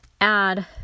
add